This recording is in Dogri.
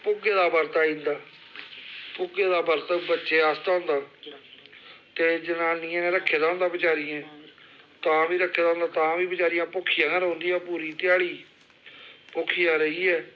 भुग्गे दा बरत आई जंदा भुग्गे दा बरत बच्चें आस्तै होंदा केईं जनानियें रक्खे दा होंदा बचैरियें तां बी रक्खे दा होंदा तां बी बचैरियां भुक्खियां गै रौंह्दियां पूरी ध्याड़ी भुक्खियां रेहियै